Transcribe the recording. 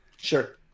Sure